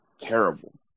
terrible